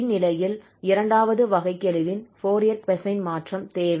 இந்நிலையில் இரண்டாவது வகைக்கெழுவின் ஃபோரியர் கொசைன் மாற்றம் தேவை